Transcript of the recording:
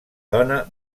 dona